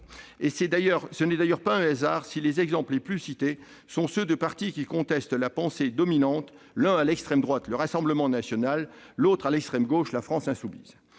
Ce n'est d'ailleurs pas un hasard si les exemples les plus cités sont ceux de partis qui contestent la pensée dominante : l'un à l'extrême droite, le Rassemblement national, ou RN, l'autre à l'extrême gauche, La France insoumise,